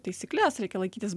taisykles reikia laikytis